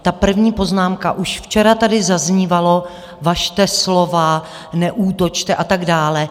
Ta první poznámka, už včera tady zaznívalo: Važte slova, neútočte a tak dále.